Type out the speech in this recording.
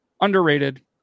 underrated